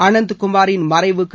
அனந்த் குமாரின் மறைவுக்கு